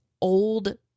old